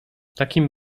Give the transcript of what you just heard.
takim